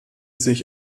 sich